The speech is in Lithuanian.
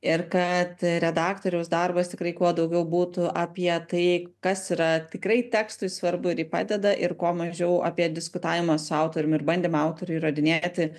ir kad redaktoriaus darbas tikrai kuo daugiau būtų apie tai kas yra tikrai tekstui svarbu ir jį padeda ir kuo mažiau apie diskutavimą su autoriumi ir bandymą autoriui įrodinėti